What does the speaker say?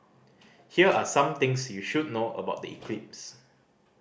here are some things you should know about the eclipse